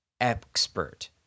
expert